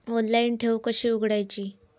Online ठेव कशी उघडायची?